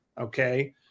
Okay